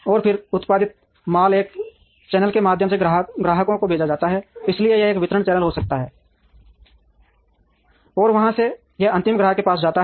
और फिर उत्पादित माल एक चैनल के माध्यम से ग्राहकों को भेजा जाता है इसलिए यह एक वितरण चैनल हो सकता है और वहां से यह अंतिम ग्राहक के पास जाता है